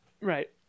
Right